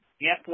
yes